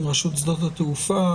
עם רשות שדות התעופה?